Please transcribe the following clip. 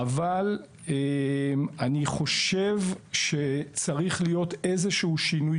אבל אני חושב שצריך להיות איזה שהוא שינוי,